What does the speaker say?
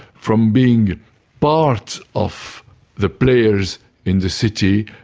from being part of the players in the city,